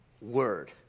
word